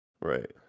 right